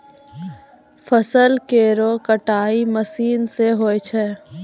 फसल केरो कटाई मसीन सें होय छै